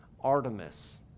Artemis